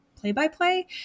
play-by-play